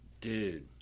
Dude